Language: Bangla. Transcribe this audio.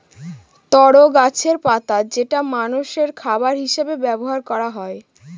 তরো গাছের পাতা যেটা মানষের খাবার হিসেবে ব্যবহার করা হয়